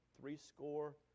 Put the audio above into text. threescore